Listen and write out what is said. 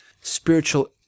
spiritual